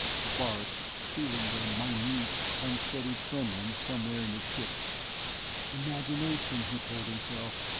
bart, feeling the minute, unsteady trembling somewhere in the ship imagination, he told himself,